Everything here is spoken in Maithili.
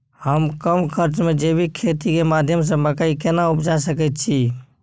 हम कम खर्च में जैविक खेती के माध्यम से मकई केना उपजा सकेत छी?